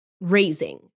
raising